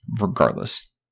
regardless